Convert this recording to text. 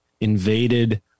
invaded